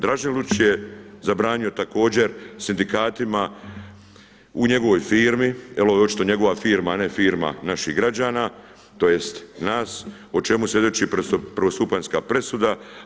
Dražen Lučić je zabranio također sindikatima u njegovoj firmi, jer ovo je očito njegova firma, a ne firma naših građana, tj. nas o čemu slijedi prvostupanjska presuda.